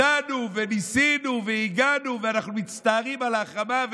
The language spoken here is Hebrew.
הצענו וניסינו והגענו ואנחנו מצטערים על ההחרמה,